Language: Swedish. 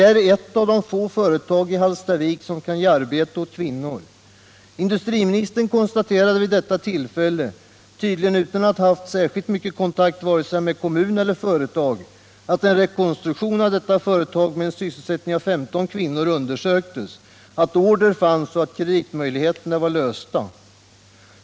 Det är ett av de få företag i Hallstavik som kan ge arbete åt kvinnor. Industriministern konstaterade vid detta tillfälle, tydligen utan att ha haft särskilt mycket kontakt med vare sig kommun eller företag, att en rekonstruktion av detta företag med en sysselsättning av 15 kvinnor undersöktes, att order fanns och att kreditmöjligheterna var lösta.